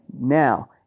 Now